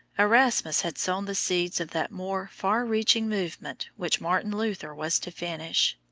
erasmus had sown the seeds of that more far-reaching movement which martin luther was to finish.